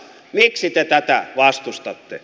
miksi te tätä vastustatte